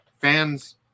fans